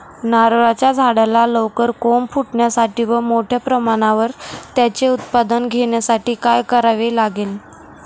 नारळाच्या झाडाला लवकर कोंब फुटण्यासाठी व मोठ्या प्रमाणावर त्याचे उत्पादन घेण्यासाठी काय करावे लागेल?